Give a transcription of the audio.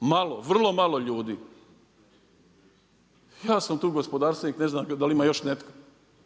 Malo, vrlo malo ljudi. Ja sam tu gospodarstvenik ne znam da li ima još netko